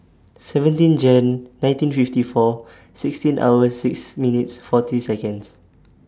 seventeen Jan nineteen fifty four sixteen hour six minute forty Seconds